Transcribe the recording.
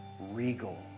regal